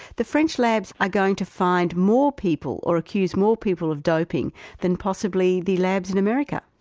the french labs are going to find more people, or accuse more people of doping than possibly the labs in america?